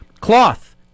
cloth